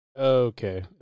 Okay